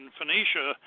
Phoenicia